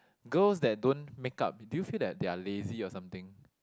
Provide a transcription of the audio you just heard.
girls that don't make-up do you feel that they are lazy or something